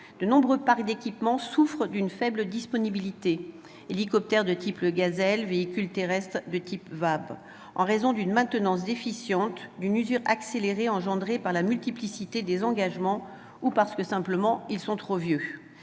De nombreux parcs d'équipements souffrent d'une faible disponibilité- je pense aux hélicoptères de type Gazelle ou aux véhicules terrestres de type VAB -en raison d'une maintenance déficiente, d'une usure accélérée engendrée par la multiplicité des engagements, ou, simplement, parce qu'ils sont trop vieux.